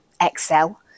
excel